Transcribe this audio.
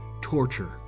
torture